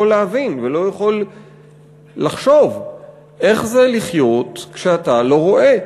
להבין ולא יכול לחשוב איך זה לחיות כשאתה לא רואה.